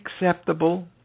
acceptable